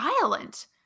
violent